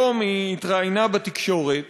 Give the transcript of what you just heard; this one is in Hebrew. היום היא התראיינה בתקשורת,